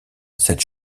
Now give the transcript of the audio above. cette